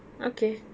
okay